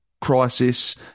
crisis